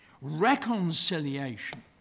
reconciliation